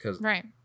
right